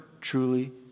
truly